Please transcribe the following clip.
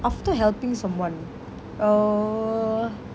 after helping someone err